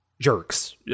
jerks